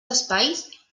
espais